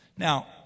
Now